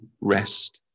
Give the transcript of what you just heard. rest